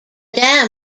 dam